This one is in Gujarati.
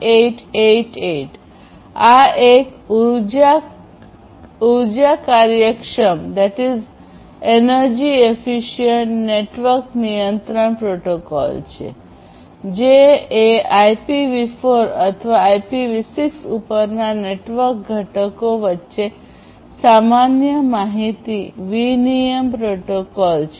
IEEE 1888 આ એક ઉર્જા કાર્યક્ષમ નેટવર્ક નિયંત્રણ પ્રોટોકોલ છે જે એ IPv4 અથવા IPv6 ઉપરના નેટવર્ક ઘટકો વચ્ચે સામાન્ય માહિતી વિનિમય પ્રોટોકોલ છે